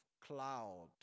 cloud